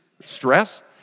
stress